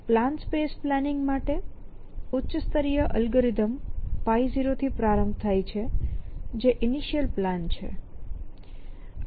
plan space planning માટે ઉચ્ચ સ્તરીય એલ્ગોરિધમ 0થી પ્રારંભ થાય છે જે ઇનિશિયલ પ્લાન છે